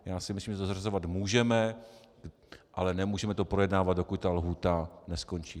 Já si myslím, že to zařazovat můžeme, ale nemůžeme to projednávat, dokud ta lhůta neskončí.